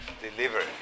deliver